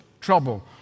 trouble